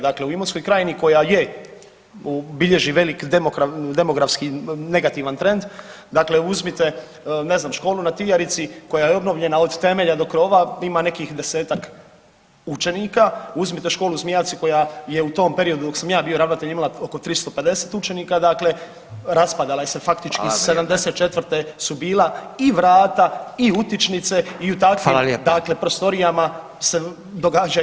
Dakle u Imotskoj krajini koja je bilježi veliki demografski negativan trend dakle uzmite ne znam, školu na Tijarici koja je obnovljena od temelja do krova, ima nekih desetak učenika, uzmite školu Zmijavci koja je u tom periodu dok sam ja bio ravnatelj imala oko 350 učenika dakle raspadala se je faktički [[Upadica Radin: Hvala vam lijepa.]] '74. su bila i vrata i utičnice i u takvim [[Upadica Radin: Hvala lijepa.]] prostorijama se događa i